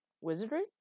Wizardry